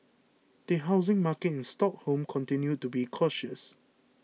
the housing market in Stockholm continued to be cautious